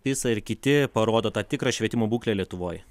pisa ir kiti parodo tą tikrą švietimo būklę lietuvoj